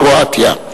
קרואטיה.